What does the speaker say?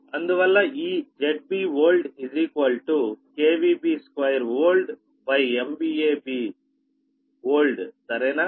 అందువల్ల ఈ ZB old KVBold 2MVAB oldసరేనా